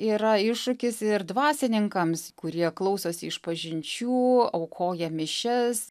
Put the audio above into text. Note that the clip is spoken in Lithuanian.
yra iššūkis ir dvasininkams kurie klausosi išpažinčių aukoja mišias